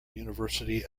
university